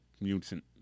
mutant